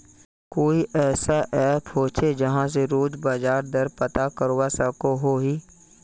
कोई ऐसा ऐप होचे जहा से रोज बाजार दर पता करवा सकोहो ही?